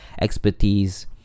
expertise